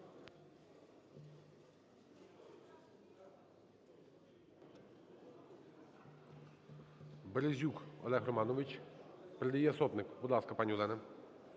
БерезюкОлег Романович передає Сотник. Будь ласка, пані Олена.